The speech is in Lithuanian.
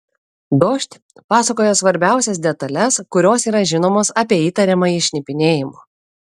dožd pasakoja svarbiausias detales kurios yra žinomos apie įtariamąjį šnipinėjimu